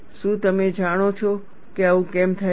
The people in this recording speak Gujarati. શું તમે જાણો છો કે આવું કેમ થાય છે